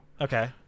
okay